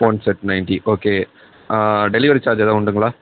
one set ninety okay delivery charge ஏதா உண்டுங்களா